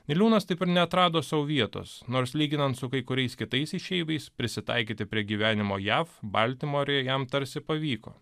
niliūnas taip ir neatrado sau vietos nors lyginant su kai kuriais kitais išeiviais prisitaikyti prie gyvenimo jav baltimorėj jam tarsi pavyko